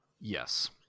Yes